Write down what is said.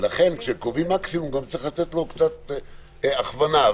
צריכים לתת קצת הכוונה.